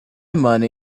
money